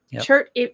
church